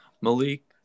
Malik